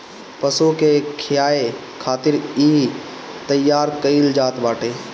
पशु के खियाए खातिर इ तईयार कईल जात बाटे